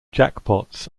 jackpots